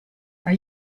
are